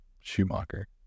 Schumacher